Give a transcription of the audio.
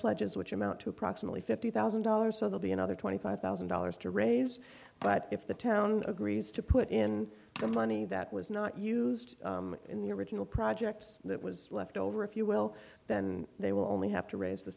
pledges which amount to approximately fifty thousand dollars so they'll be another twenty five thousand dollars to raise but if the town agrees to put in the money that was not used in the original projects that was left over if you will then they will only have to